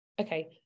Okay